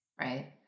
right